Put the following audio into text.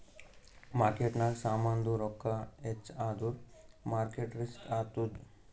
ಮಾರ್ಕೆಟ್ನಾಗ್ ಸಾಮಾಂದು ರೊಕ್ಕಾ ಹೆಚ್ಚ ಆದುರ್ ಮಾರ್ಕೇಟ್ ರಿಸ್ಕ್ ಆತ್ತುದ್